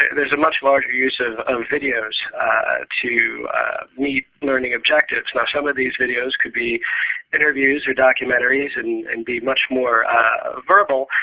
there's a much larger use of videos to meet learning objectives. now, some of these videos could be interviews or documentaries and and be much more verbal,